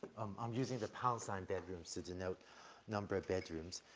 i'm using the pound sign bedrooms to denote number of bedrooms,